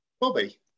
Bobby